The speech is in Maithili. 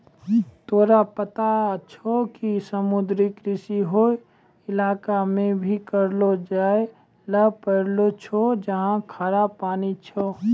तोरा पता छौं कि समुद्री कृषि हौ इलाका मॅ भी करलो जाय ल पारै छौ जहाँ खारा पानी छै